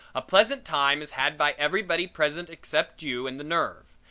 a pleasant time is had by everybody present except you and the nerve.